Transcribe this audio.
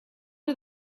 are